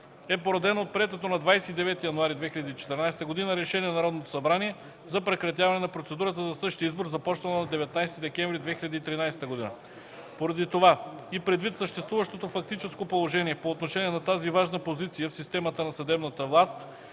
е породена от приетото на 29 януари 2014 г. Решение на Народното събрание за прекратяване на процедурата за същия избор, започнала на 19 декември 2013 г. Поради това и предвид съществуващото фактическо положение по отношение на тази важна позиция в системата на съдебната власт